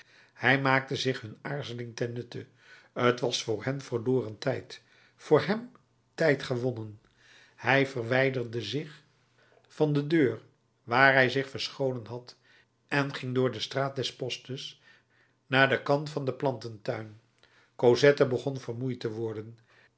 hij maakte zich hun aarzeling ten nutte t was voor hen verloren tijd voor hem tijd gewonnen hij verwijderde zich van de deur waar hij zich verscholen had en ging door de straat des postes naar den kant van den plantentuin cosette begon vermoeid te worden